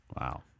Wow